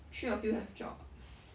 three of you have jobs